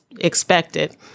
expected